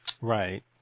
Right